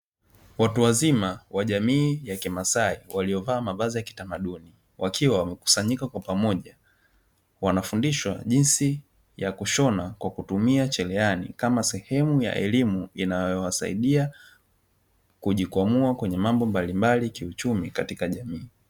Watu wazima wa jamii ya kimasai waliovaa mavazi ya kitamaduni, wakiwa wamekusanyika kwa pamoja. Wanafundishwa jinsi ya kushona kwa kutumia chereani kama sehemu ya elimu inayowasaidia kujikwamua kwenye mambo mbalimbali ya kiuchumi katika jamii.